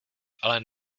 ale